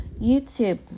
YouTube